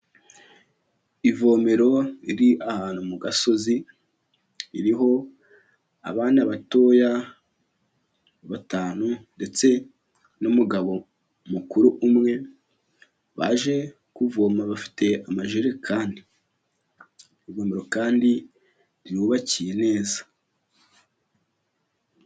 Ivomero riri ahantu mu gasozi, ririho abana batoya batanu ndetse n'umugabo mukuru umwe baje kuvoma bafite amajerekani, ivomero kandi rirubakiye neza.